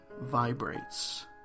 vibrates